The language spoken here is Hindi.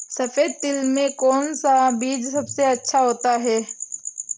सफेद तिल में कौन सा बीज सबसे अच्छा होता है?